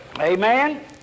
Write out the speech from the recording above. Amen